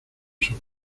sus